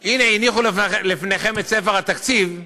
הנה, הניחו לפניכם את ספר התקציב,